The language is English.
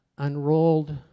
unrolled